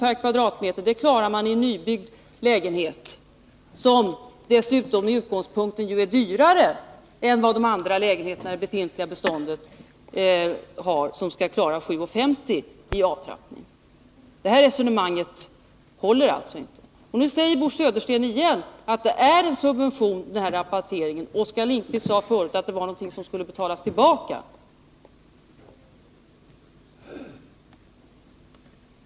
per kvadratmeter klarar man i en nybyggd lägenhet, som dessutom i utgångsläget är dyrare än lägenheter i det befintliga beståndet, där man inte klarar 7:50 i avtrappning! De här resonemangen håller inte! Nu säger Bo Södersten igen att rabatteringen är en subvention. Oskar Lindkvist sade förut att det var någonting som skulle betalas tillbaka.